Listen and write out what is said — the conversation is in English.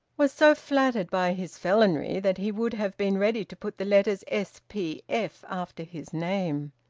was so flattered by his felonry that he would have been ready to put the letters s p f after his name.